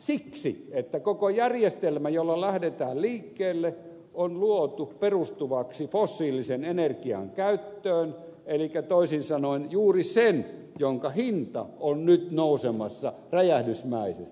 siksi että koko järjestelmä jolla lähdetään liikkeelle on luotu perustuvaksi fossiilisen energian käyttöön elikkä toisin sanoen juuri sen jonka hinta on nyt nousemassa räjähdysmäisesti